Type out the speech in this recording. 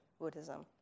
Buddhism